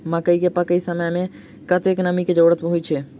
मकई केँ पकै समय मे कतेक नमी केँ जरूरत होइ छै?